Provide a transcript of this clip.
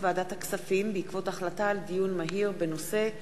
ועדת הכספים בעקבות דיון מהיר בנושא: